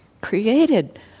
created